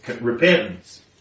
repentance